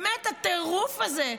באמת אי-אפשר להסביר את הטירוף הזה.